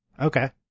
Okay